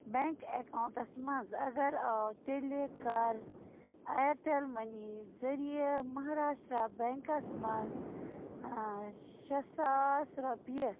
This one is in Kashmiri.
بینٛک آکاونٹَس منٛز اگر آو تیٚلہِ کَر اِیَرٹیٚل مٔنی ذٔریعہٕ مہاراشٹرٛا بیٚنٛکس منٛز شےٚ ساس رۄپیہِ